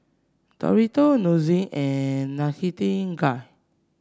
Dorito Nissin and Nightingale